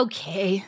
Okay